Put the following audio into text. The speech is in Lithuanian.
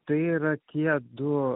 tai yra tie du